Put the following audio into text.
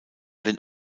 den